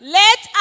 let